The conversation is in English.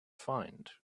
find